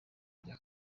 rya